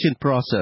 process